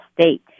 state